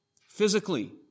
physically